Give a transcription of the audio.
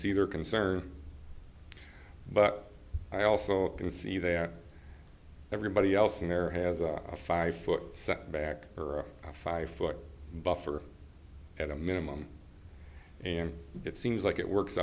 see their concern but i also can see there everybody else here has a five foot setback or a five foot buffer at a minimum and it seems like it works